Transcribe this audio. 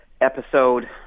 episode